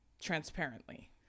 transparently